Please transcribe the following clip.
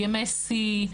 ימי שיא,